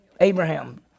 Abraham